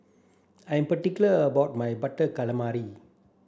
I am particular about my butter calamari